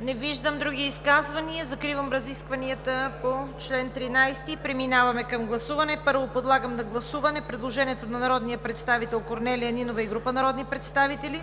Не виждам. Други изказвания? Не виждам. Закривам разискванията по чл. 13 и преминаваме към гласуване. Първо, подлагам на гласуване предложението на народния представител Корнелия Нинова и група народни представители,